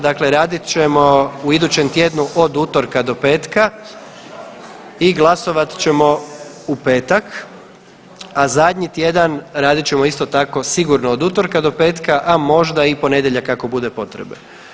Dakle, radit ćemo u idućem tjednu od utorka do petka i glasovat ćemo u petak, a zadnji tjedan radit ćemo isto tako sigurno od utorka do petka, a možda i ponedjeljak ako bude potrebe.